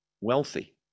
wealthy